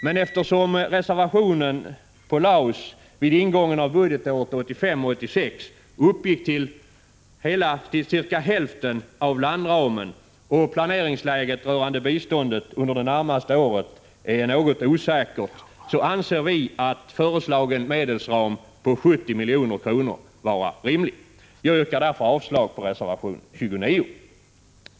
Men eftersom reservationen för Laos vid ingången av budgetåret 1985/86 uppgick till cirka hälften av landramen och planeringsläget rörande biståndet under det närmaste året är något osäkert, anser vi att föreslagen medelsram på 70 miljoner är rimlig. Jag yrkar därför avslag på reservation 29.